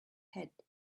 head